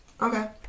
Okay